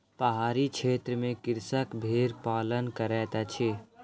पहाड़ी क्षेत्र में कृषक भेड़ पालन करैत अछि